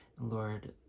Lord